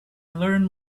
learn